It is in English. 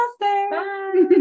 Bye